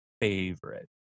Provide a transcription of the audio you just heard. favorite